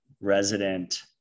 resident